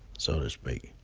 so to speak.